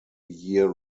year